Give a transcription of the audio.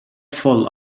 fall